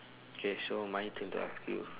K so my turn to ask you